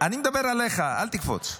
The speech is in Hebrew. אני מדבר עליך, אל תקפוץ.